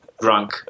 drunk